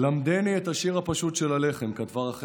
"למדני את השיר הפשוט של הלחם", כתבה רחל שפירא.